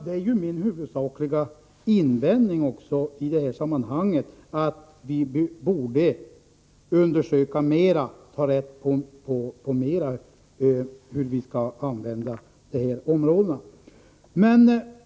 Det är också min huvudsakliga invändning i detta sammanhang att vi borde ytterligare undersöka hur vi skall använda dessa områden.